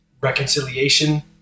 reconciliation